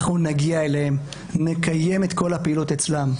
אנחנו נגיע אליהם, נקיים את כל הפעילות אצלם.